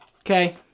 Okay